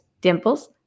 Dimples